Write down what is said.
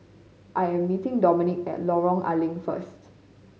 I am meeting Domenic at Lorong A Leng first